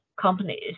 companies